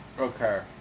Okay